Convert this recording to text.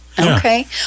Okay